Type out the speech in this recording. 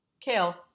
kale